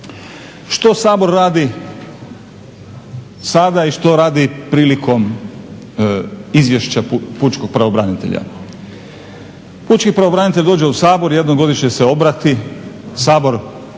Što Sabor radi sada i što radio prilikom izvješća pučkog pravobranitelja? Pučki pravobranitelj dođe u Sabor jednom godišnje se obrati, Sabor